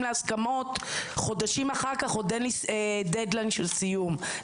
להסכמות חודשים אחר עוד אין דד ליין של סיום.